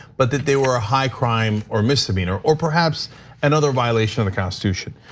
but that they were a high crime or misdemeanor or perhaps another violation of the constitution.